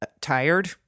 tired